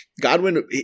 Godwin